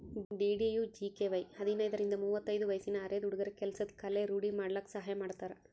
DDUGKY ಹದಿನೈದರಿಂದ ಮುವತ್ತೈದು ವಯ್ಸಿನ ಅರೆದ ಹುಡ್ಗುರ ಕೆಲ್ಸದ್ ಕಲೆ ರೂಡಿ ಮಾಡ್ಕಲಕ್ ಸಹಾಯ ಮಾಡ್ತಾರ